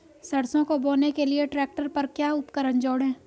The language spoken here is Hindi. सरसों को बोने के लिये ट्रैक्टर पर क्या उपकरण जोड़ें?